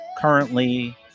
currently